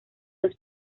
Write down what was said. los